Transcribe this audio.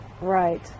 Right